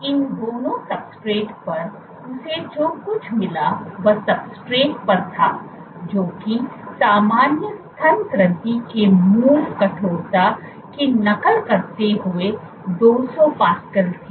इन दोनों सबस्ट्रेट्स पर उसे जो कुछ मिला वह सबस्ट्रेट्स पर था जो कि सामान्य स्तन ग्रंथि की मूल कठोरता की नकल करते हुए 200 पास्कल थे